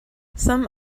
some